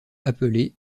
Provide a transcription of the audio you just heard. appelée